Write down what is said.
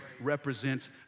represents